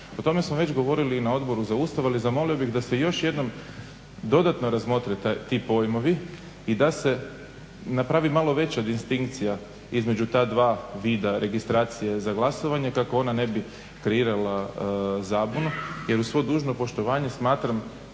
O tome smo već govorili i na Odboru za Ustav ali zamolio bih da se još jednom dodatno razmotre ti pojmovi i da se napravi malo veća distinkcija između ta dva vida registracije za glasovanje kako ona ne bi kreirala zabunu jer u sve dužno poštovanje smatram